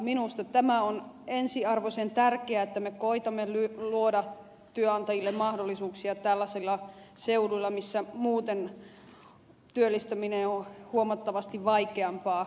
minusta tämä on ensiarvoisen tärkeää että me koetamme luoda työnantajille mahdollisuuksia tällaisilla seuduilla joilla muuten työllistäminen on huomattavasti vaikeampaa